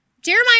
Jeremiah